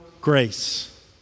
grace